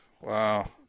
Wow